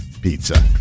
pizza